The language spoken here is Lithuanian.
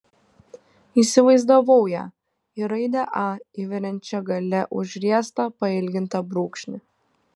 įsivaizdavau ją į raidę a įveriančią gale užriestą pailgintą brūkšnį